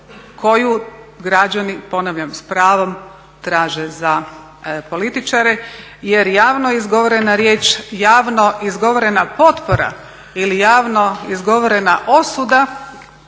koju građani ponavljam s pravom traže za političare. Jer javno izgovorena riječ, javno izgovorena potpora ili javno izgovorena osuda